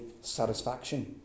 satisfaction